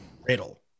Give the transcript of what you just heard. Riddle